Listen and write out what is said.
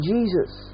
Jesus